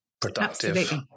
productive